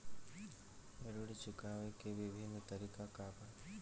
ऋण चुकावे के विभिन्न तरीका का बा?